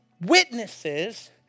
witnesses